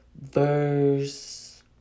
verse